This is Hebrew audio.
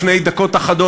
לפני דקות אחדות,